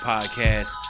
Podcast